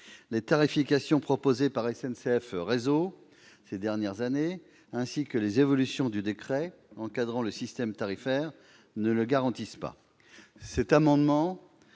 les tarifications proposées par SNCF Réseau au cours des dernières années, ainsi que les évolutions du décret encadrant le système tarifaire ne le garantissent pas. Avec ces amendements